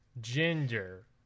Ginger